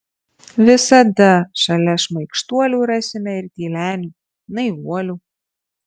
visada šalia šmaikštuolių rasime ir tylenių naivuolių